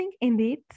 indeed